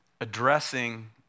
addressing